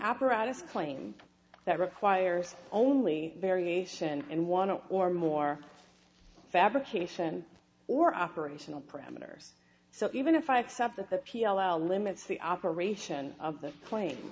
apparatus claim that requires only variation in one or more fabrication or operational parameters so even if i accept that the p l l limits the operation of the cla